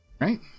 Right